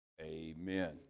amen